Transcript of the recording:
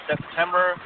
September